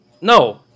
No